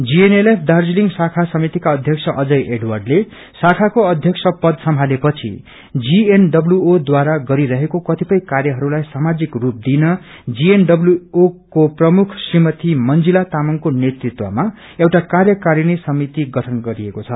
GNLF Darjeeling शाखा समितिका अध्यक्ष अजय एर्डवडले शाखाको अध्यक्ष पद सम्भाले पछि जीएनडब्ल्यूओ द्वारा गरिरहेको कतिपय कार्यहरूलाई सामाजिक रूप दिन जीएनडब्ल्यूओ की प्रमुख श्रीमती मंजिला तामंगको नेतृत्वमा एउटा कार्यकारिणी समिति गठन गरिएको छ